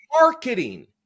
marketing